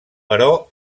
però